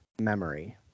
memory